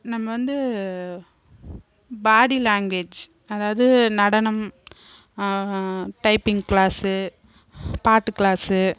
நம்ம வந்து body language அதாவது நடனம் டைப்பிங் க்ளாஸ் பாட்டு க்ளாஸ்